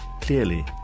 clearly